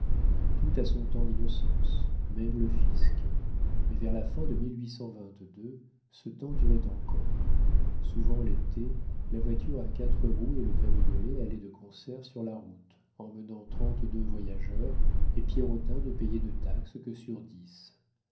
tout a son temps d'innocence même le fisc mais vers la fin de ce temps durait encore souvent l'été la voiture à quatre roues et le cabriolet allaient de concert sur la route emmenant trente-deux voyageurs et pierrotin ne payait de taxe que sur six